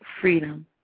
freedom